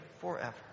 forever